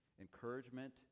Encouragement